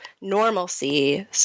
normalcy